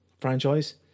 franchise